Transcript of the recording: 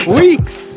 weeks